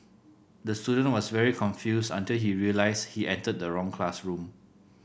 the student was very confused until he realised he entered the wrong classroom